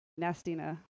Nastina